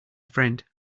friend